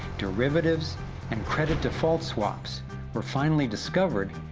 derivatives and credit default swaps were finally discovered,